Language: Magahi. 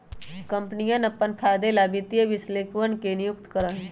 कम्पनियन अपन फायदे ला वित्तीय विश्लेषकवन के नियुक्ति करा हई